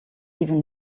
even